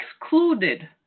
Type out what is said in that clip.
excluded